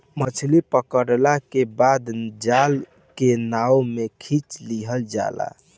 मछली पकड़ला के बाद जाल के नाव में खिंच लिहल जाला